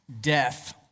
Death